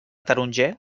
taronger